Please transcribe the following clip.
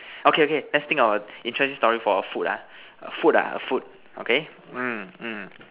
okay okay let's think about interesting story for a food ah food ah a food okay mm mm